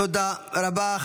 תודה רבה.